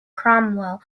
cromwell